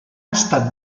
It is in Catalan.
estat